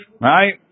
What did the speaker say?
Right